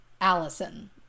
Allison